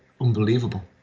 unbelievable